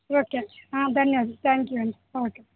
okay ఆ ధన్యవాదాలు thank you అండి ఓకే